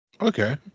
Okay